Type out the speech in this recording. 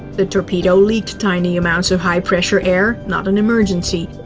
the torpedo leaked tiny amounts of high-pressure air, not an emergency.